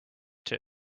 too